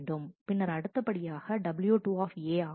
பின்னர் அடுத்தபடியாக w2 ஆகும்